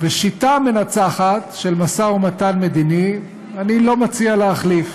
שיטה מנצחת של משא-ומתן מדיני אני לא מציע להחליף.